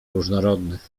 różnorodnych